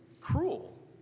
cruel